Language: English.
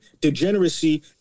degeneracy